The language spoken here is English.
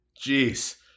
Jeez